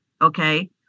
Okay